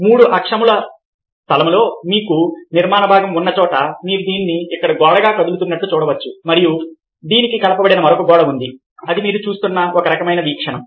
మూడు అక్షముల స్థలములొ మీకు నిర్మాణ భాగము ఉన్న చోట మీరు దీన్ని ఇక్కడ గోడగా కదులుతున్నట్లు చూడవచ్చు మరియు దీనికి కలపబడిన మరొక గోడ ఉంది ఇది మీరు చేస్తున్న ఒక రకమైన వీక్షణం